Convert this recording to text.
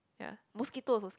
ya mosquito also scared